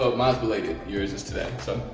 well mine is belated. yours is today, so.